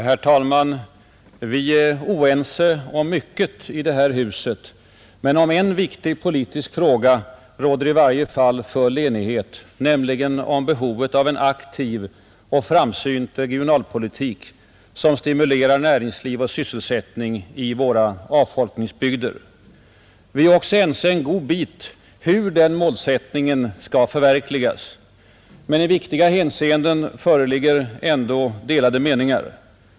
Herr talman! Vi är oense om mycket i det här huset, men om en viktig politisk fråga råder i varje fall full enighet, nämligen om behovet av en aktiv och framsynt regionalpolitik, som stimulerar näringsliv och sysselsättning i våra avfolkningsbygder. Vi är också ense en god bit om hur den målsättningen skall förverkligas, men i viktiga hänseenden föreligger ändå delade meningar.